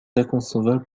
inconcevable